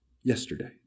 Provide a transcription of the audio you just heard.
yesterday